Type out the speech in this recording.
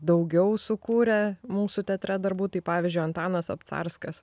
daugiau sukūrę mūsų teatre darbų tai pavyzdžiui antanas obcarskas